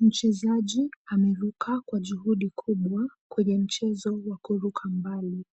Mchezaji ameruka kwa juhudi kubwa kwenye mchezo wa kuruka mbali